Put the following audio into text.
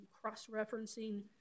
cross-referencing